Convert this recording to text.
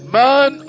man